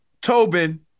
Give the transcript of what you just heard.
Tobin